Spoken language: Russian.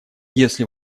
если